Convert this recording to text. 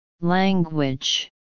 language